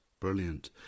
Brilliant